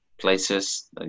places